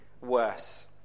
worse